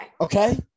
Okay